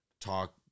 talk